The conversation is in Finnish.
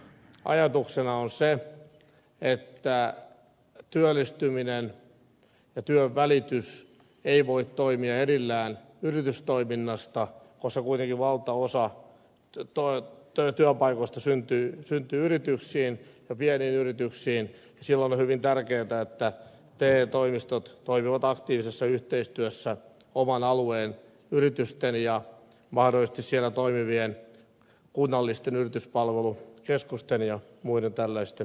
perusajatuksena on se että työllistyminen ja työnvälitys ei voi toimia erillään yritystoiminnasta koska kuitenkin valtaosa työpaikoista syntyy yrityksiin ja pieniin yrityksiin ja silloin on hyvin tärkeätä että te toimistot toimivat aktiivisessa yhteistyössä oman alueen yritysten ja mahdollisesti siellä toimivien kunnallisten yrityspalvelukeskusten ja muiden tällaisten toimijoiden kanssa